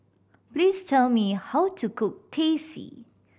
please tell me how to cook Teh C